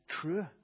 true